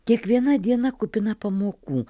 kiekviena diena kupina pamokų